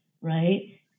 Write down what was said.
right